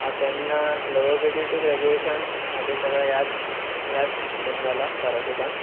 हांव तेन्ना lower K G to graduation म्हजे सगळें ह्याच ह्याच हातून जाला सारस्वतान